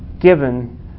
given